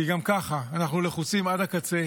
כי גם כך אנחנו לחוצים עד הקצה.